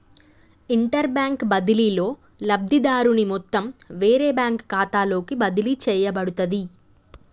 interbank బదిలీలో, లబ్ధిదారుని మొత్తం వేరే బ్యాంకు ఖాతాలోకి బదిలీ చేయబడుతది